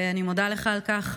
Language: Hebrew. ואני מודה לך על כך.